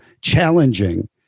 challenging